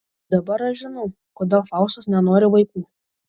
dabar aš žinau kodėl faustas nenori vaikų